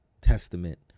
Testament